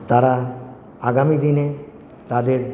তারা আগামী দিনে তাদের